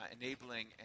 enabling